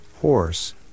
horse